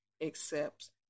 accepts